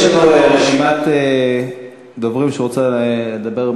יש רשימת דוברים שרוצים לדבר,